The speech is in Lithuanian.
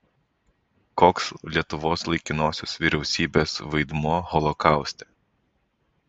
koks lietuvos laikinosios vyriausybės vaidmuo holokauste